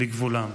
"לגבולם",